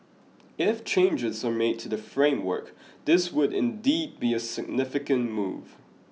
if changes are made to the framework this would indeed be a significant move